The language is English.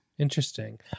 Interesting